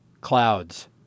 Clouds